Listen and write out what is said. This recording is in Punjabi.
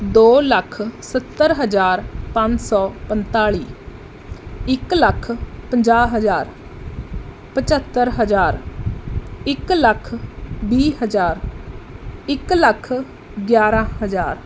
ਦੋ ਲੱਖ ਸੱਤਰ ਹਜ਼ਾਰ ਪੰਜ ਸੋ ਪੰਤਾਲੀ ਇਕ ਲੱਖ ਪੰਜਾਹ ਹਜ਼ਾਰ ਪੰਝੱਤਰ ਹਜ਼ਾਰ ਇਕ ਲੱਖ ਵੀਹ ਹਜ਼ਾਰ ਇਕ ਲੱਖ ਗਿਆਰਾਂ ਹਜ਼ਾਰ